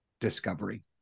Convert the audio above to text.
discovery